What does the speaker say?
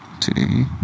Today